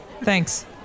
thanks